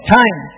time